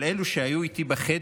אבל עם אלו שהיו איתי בחדר,